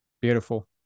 Beautiful